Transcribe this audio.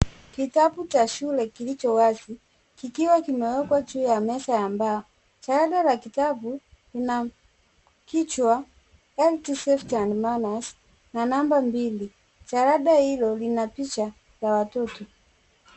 Kitabu cha shule kilicho wazi kikiwa kimewekwa juu ya meza ya mbao. Jalada ya kitabu lina kichwa empty, safety and manners na namba mbili. Jalada hilo lina picha ya watoto.